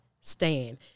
stand